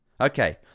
okay